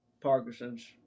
Parkinson's